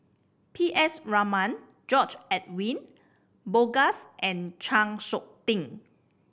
P S Raman George Edwin Bogaars and Chng Seok Tin